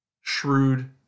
shrewd